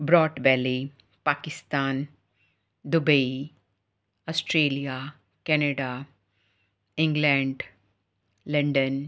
brought valley Pakistan Dubai Australia Canada England London